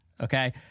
Okay